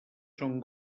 són